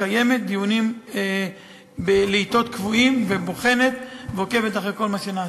מקיימת דיונים בעתות קבועות ובוחנת ועוקבת אחרי כל מה שנעשה.